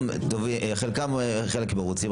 על חלקם חלק מרוצים,